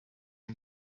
and